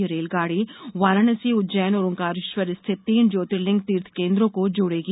यह रेलगाड़ी वाराणसी उज्जैन और ओंकारेश्वर स्थित तीन ज्योर्तिलिंग तीर्थ केन्द्रों को जोड़ेगी